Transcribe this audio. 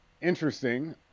interesting